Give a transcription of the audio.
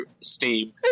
Steam